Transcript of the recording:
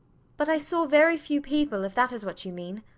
but i saw very few people, if that is what you mean.